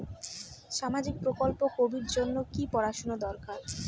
সামাজিক প্রকল্প করির জন্যে কি পড়াশুনা দরকার?